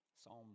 Psalm